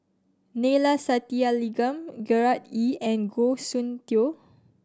Neila Sathyalingam Gerard Ee and Goh Soon Tioe